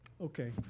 Okay